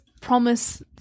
promise